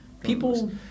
People